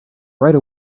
right